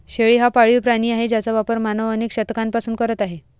शेळी हा पाळीव प्राणी आहे ज्याचा वापर मानव अनेक शतकांपासून करत आहे